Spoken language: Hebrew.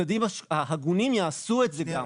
הצדדים ההגונים יעשו את זה גם.